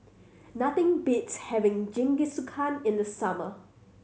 nothing beats having Jingisukan in the summer